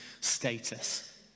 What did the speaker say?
status